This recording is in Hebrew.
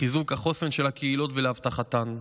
לחיזוק החוסן של הקהילות ולאבטחתן.